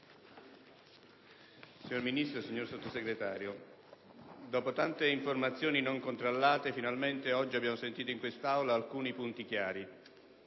signor Ministro, signor Sottosegretario, dopo tante informazioni non controllate finalmente oggi abbiamo sentito in quest'Aula alcuni punti chiari.